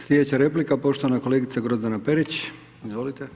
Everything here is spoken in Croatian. Slijedeća replika poštovana kolegica Grozdana Perić, izvolite.